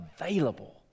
available